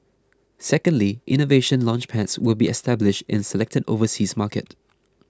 secondly Innovation Launchpads will be established in selected overseas markets